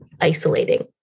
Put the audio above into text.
isolating